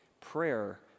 Prayer